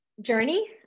journey